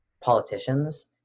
politicians